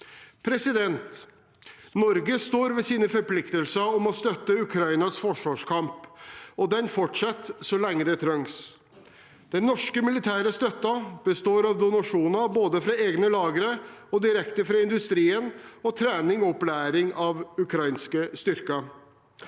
ferdigstilt. Norge står ved sine forpliktelser om å støtte Ukrainas forsvarskamp, og den fortsetter så lenge det trengs. Den norske militære støtten består av donasjoner, både fra egne lagre og direkte fra industrien og trening og opplæring av ukrainske styrker.